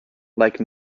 like